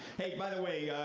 hey, by the way,